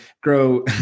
grow